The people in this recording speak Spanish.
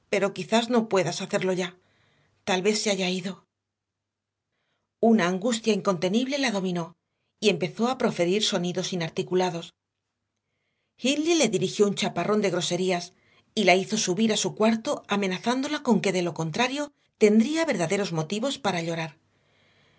pero quizá no puedas hacerlo ya tal vez se haya ido una angustia incontenible la dominó y empezó a proferir sonidos inarticulados hindley le dirigió un chaparrón de groserías y la hizo subir a su cuarto amenazándola con que de lo contrario tendría verdaderos motivos para llorar